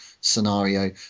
scenario